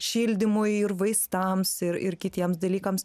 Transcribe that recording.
šildymui ir vaistams ir ir kitiems dalykams